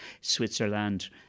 Switzerland